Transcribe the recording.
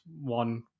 one